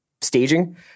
staging